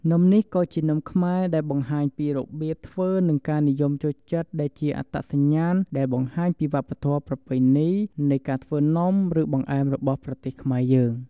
នំនេះក៏ជានំខ្មែរដែលបង្ហាញពីរបៀបធ្វើនិងការនិយមចូលចិត្តដែលជាអត្តសញ្ញាណដែលបង្ហាញពីវប្បធម៌ប្រពៃណីនៃការធ្វើនំឬបង្អែមរបស់ប្រទេសខ្មែរយើង។